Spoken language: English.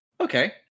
Okay